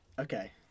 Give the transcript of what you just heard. Okay